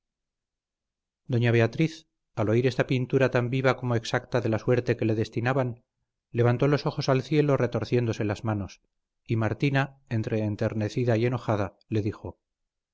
doña beatriz al oír esta pintura tan viva como exacta de la suerte que le destinaban levantó los ojos al cielo retorciéndose las manos y martina entre enternecida y enojada le dijo